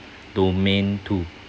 domain two